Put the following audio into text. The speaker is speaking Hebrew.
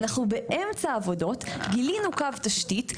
אנחנו באמצע העבודות גילינו קו תשתית.